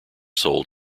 sold